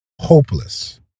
hopeless